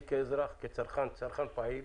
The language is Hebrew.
אני כאזרח, כצרכן, צרכן פעיל,